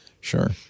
sure